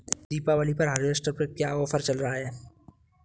दीपावली पर हार्वेस्टर पर क्या ऑफर चल रहा है?